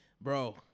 Bro